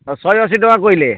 ଓ ଶହେଅଶୀ ଟଙ୍କା କହିଲେ